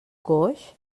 coix